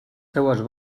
seues